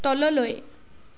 তললৈ